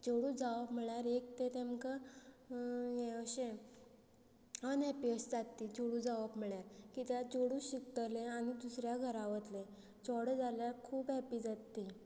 चेडूं जावप म्हणळ्यार एक तें तेमकां हें अशें अनहॅप्पी अशें जाता तें चेडूं जावप म्हळ्यार किद्या चेडूं शिकतलें आनी दुसऱ्या घरा वतलें चेडो जाल्यार खूब हॅप्पी जाता ती